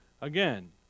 Again